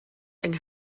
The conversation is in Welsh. yng